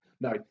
No